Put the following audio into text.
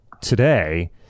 today